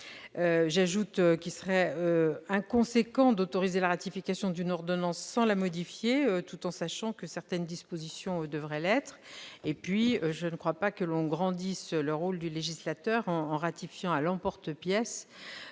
J'ajoute qu'il serait inconséquent d'autoriser la ratification d'une ordonnance sans la modifier tout en sachant que certaines dispositions devraient l'être. En outre, je ne crois pas que l'on grandisse le rôle du législateur en ratifiant à l'emporte-pièce,